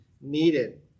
needed